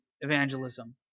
evangelism